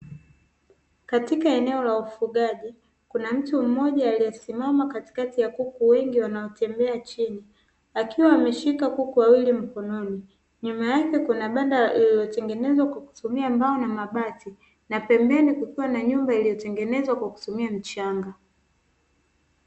Katika eneo la ufugaji kuna mtu mmoja aliyesimama katikati ya kuku wengi wanaotembe chini akiwa ameshika kuku wawili mkononi, nyuma yake kuna banda lililotengenezwa kwa kutumia mbao na mabati na pembeni kukiwa na nyumba iliyotengenezwa kwa kutumia mchanga.